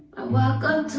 walk up